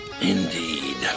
Indeed